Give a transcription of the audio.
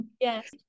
Yes